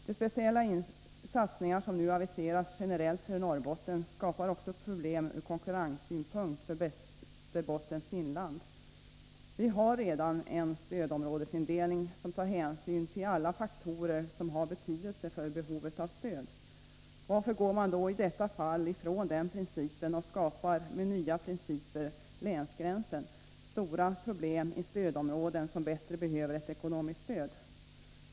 De speciella satsningar som nu aviseras generellt för Norrbotten skapar också problem ur konkurrenssynpunkt för Västerbottens inland. Vi har redan en stödområdesindelning som tar hänsyn till alla faktorer som har betydelse för behovet av stöd. Varför går man då i detta fall ifrån den principen och skapar med nya principer — länsgränser — stora problem i stödområden som bättre behöver ett ekonomiskt stöd?